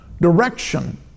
direction